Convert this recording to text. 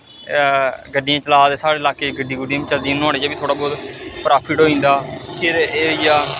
गड्डियां चला दे साढ़े लाह्के च गड्डियां गुड्डियां बी चलदियां नोहाड़े च बी थोह्ड़ा बौह्त प्रॉफिट होई जंदा फिर एह् होई गेआ